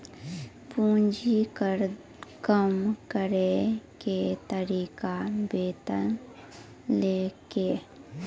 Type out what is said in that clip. पूंजी कर कम करैय के तरीका बतैलकै